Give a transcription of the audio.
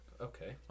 Okay